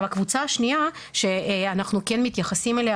הקבוצה השנייה שאנחנו כן מתייחסים אליה